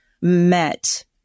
met